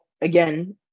again